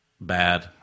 Bad